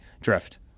drift